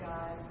God